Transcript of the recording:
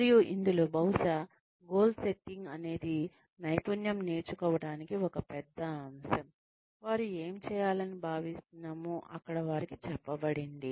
మరియు ఇందులో బహుశా గోల్ సెట్టింగ్ అనేది నైపుణ్యం నేర్చుకోవటానికి ఒక పెద్ద అంశం వారు ఏమి చేయాలని భావిస్తున్నామో అక్కడ వారికి చెప్పబడింది